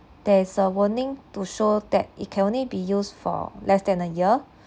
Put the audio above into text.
there is a warning to show that it can only be used for less than a year